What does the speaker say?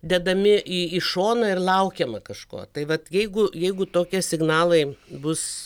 dedami į į šoną ir laukiama kažko tai vat jeigu jeigu tokie signalai bus